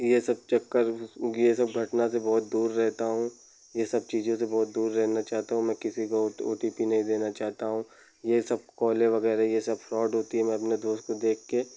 ये सब चक्कर ये सब घटना से बहुत दूर रहता हूँ ये सब चीज़ों से बहुत दूर रहना चाहता हूँ मैं किसी को उट ओ टी पी नहीं देना चाहता हूँ ये सब कॉल्स वगैरह ये सब फ्रॉड होती है मैं अपने दोस्त को देखकर